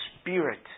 spirit